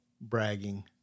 bragging